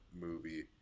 movie